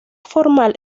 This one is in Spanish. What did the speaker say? formal